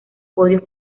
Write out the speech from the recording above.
podios